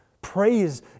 Praise